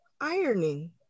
ironing